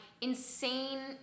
Insane